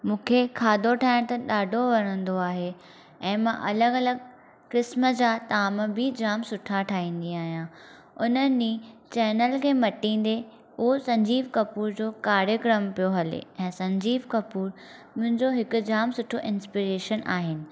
मूंखे खाधो ठाहिण त ॾाढो वणंदो आहे ऐं मां अलॻि अलॻि क़िस्म जा ताम बि जाम सुठा ठाहींदी आहियां उन ॾींहुं चैनल खे मटींदे हो संजीव कपूर जो कार्यक्रम पियो हले ऐं संजीव कपूर मुंजो हिकु जाम सुठो इंस्पीरेशन आहिनि